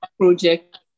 project